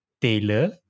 Taylor